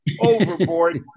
overboard